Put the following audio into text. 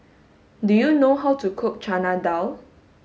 do you know how to cook Chana Dal